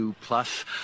plus